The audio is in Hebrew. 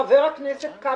חבר הכנסת כבל,